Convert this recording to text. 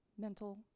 mental